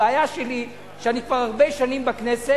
הבעיה שלי שאני כבר הרבה שנים בכנסת,